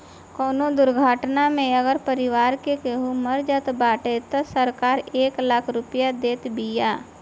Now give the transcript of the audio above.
कवनो दुर्घटना में अगर परिवार के केहू मर जात बाटे तअ सरकार एक लाख रुपिया देत बिया